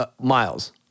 miles